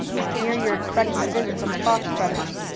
i hear you're expectin' a visit from the fox brothers.